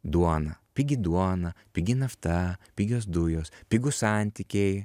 duona pigi duona pigi nafta pigios dujos pigūs santykiai